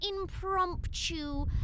impromptu